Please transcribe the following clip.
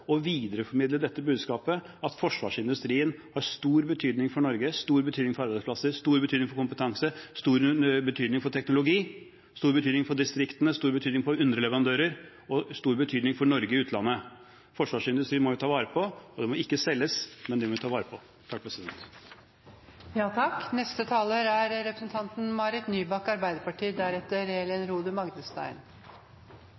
å videreformidle dette budskapet at forsvarsindustrien har stor betydning for Norge, stor betydning for arbeidsplasser, stor betydning for kompetanse, stor betydning for teknologi, stor betydning for distriktene, stor betydning for underleverandører, og stor betydning for Norge i utlandet. Forsvarsindustrien må vi ta vare på. Den må ikke selges, men bli tatt vare på. Jeg vil først takke saksordføreren, som har bidratt til en veldig bred enighet i saken om AIMs framtid. Det tror jeg var viktig. Verkstedet er